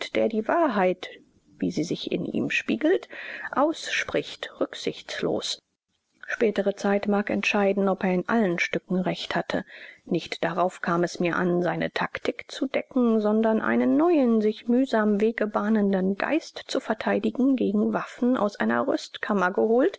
der die wahrheit wie sie sich in ihm spiegelt ausspricht rücksichtslos spätere zeit mag entscheiden ob er in allen stücken recht hatte nicht darauf kam es mir an seine taktik zu decken sondern einen neuen sich mühsam wege bahnenden geist zu verteidigen gegen waffen aus einer rüstkammer geholt